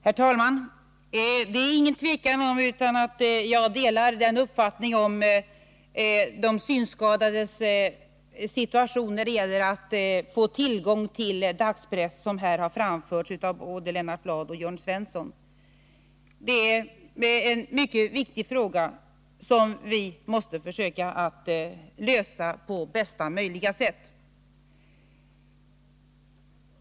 Herr talman! Det är inget tvivel om att jag delar den uppfattning om de synskadades situation när det gäller att få tillgång till dagspress som här har framförts av både Lennart Bladh och Jörn Svensson. Det är en mycket viktig fråga, som vi måste försöka att lösa på bästa möjliga sätt.